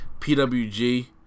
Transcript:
PWG